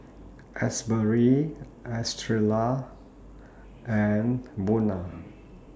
Asbury Estrella and Buna